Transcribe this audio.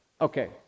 Okay